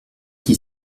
qui